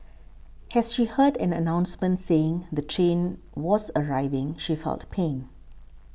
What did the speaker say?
as she heard an announcement saying the train was arriving she felt pain